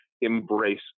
embrace